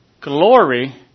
Glory